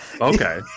okay